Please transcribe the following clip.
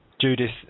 Judith